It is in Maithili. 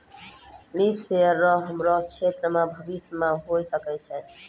लिफ सेंसर रो हमरो क्षेत्र मे भविष्य मे होय सकै छै